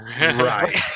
Right